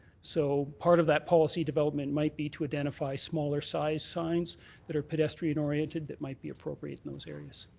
so part of that policy development might be to identify smaller sized signs that are pedestrian oriented that might be appropriate in those areas.